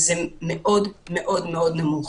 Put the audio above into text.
זה מאוד מאוד נמוך.